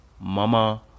Mama